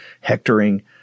hectoring